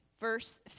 verse